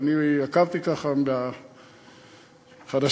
אני עקבתי, ככה, בחדשות.